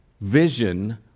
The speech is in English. vision